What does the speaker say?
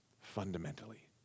fundamentally